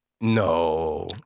no